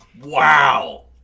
Wow